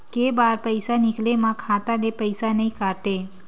के बार पईसा निकले मा खाता ले पईसा नई काटे?